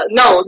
no